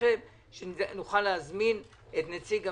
אצלכם כדי שנוכל להזמין את נציג המשפחות.